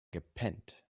gepennt